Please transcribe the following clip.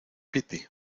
piti